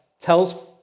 tells